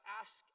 ask